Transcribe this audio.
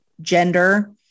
gender